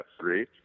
three